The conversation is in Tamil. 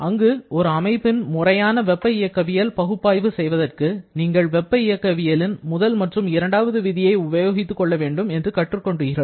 அங்கு ஒரு அமைப்பின் முறையான வெப்ப இயக்கவியல் பகுப்பாய்வு செய்வதற்கு நீங்கள் வெப்ப இயக்கவியலின் முதல் மற்றும் இரண்டாவது விதியை உபயோகித்துக் கொள்ள வேண்டும் என்று கற்றுக் கொண்டீர்கள்